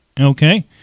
okay